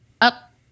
Up